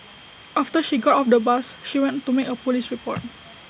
after she got off the bus she went to make A Police report